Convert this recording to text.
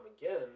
again